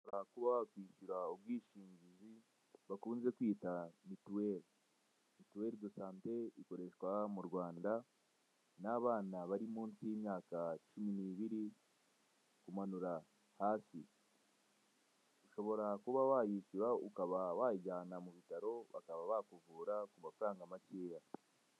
Ushobora kuba wakwishyura ubwishingizi bakunze kwita Mituweli. Mituweli dosante ikoreshwa mu Rwanda n'abana bari munsi y'imyaka cumi n'ibiri kumanura hasi. Ushobora kuba wayishyura ukaba wayijyana mu bitaro bakaba bakuvura ku mafaranga makeya.